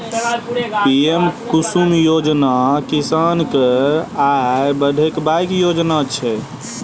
PM Kusum योजना किसान केर आय बढ़ेबाक योजना छै